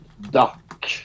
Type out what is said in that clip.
duck